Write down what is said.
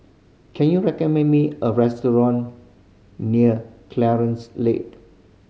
can you recommend me a restaurant near Clarence Lead